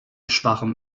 schwachem